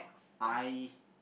I